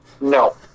No